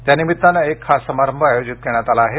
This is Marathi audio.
त्यानिमित्तानं एक खास समारंभ आयोजित करण्यात आला आहे